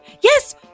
yes